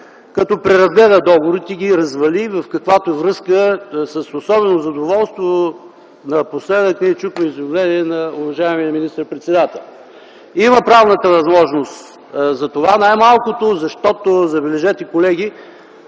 като преразгледа договорите и ги развали, в каквато връзка с особено задоволство напоследък ние чухме изявление на уважаемия министър-председател. Има правната възможност за това, най-малкото защото, забележете, колеги,